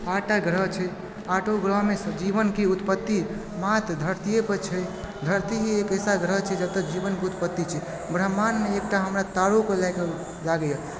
आठटा ग्रह छै आठो ग्रहमे जीवनके उत्पत्ति मात्र धरतीए पर छै धरती ही एक ऐसा ग्रह छै जतए जीवनके उत्पत्ति छै ब्रह्माण्डमे एकटा हमरा तारो के लागैए